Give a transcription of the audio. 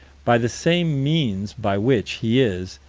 by the same means by which he is,